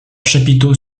chapiteaux